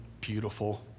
beautiful